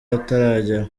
ataragera